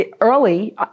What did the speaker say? early